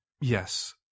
Yes